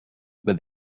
but